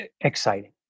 exciting